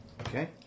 Okay